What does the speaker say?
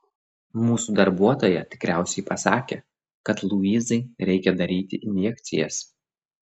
mūsų darbuotoja tikriausiai pasakė kad luizai reikia daryti injekcijas